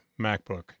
MacBook